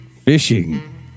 fishing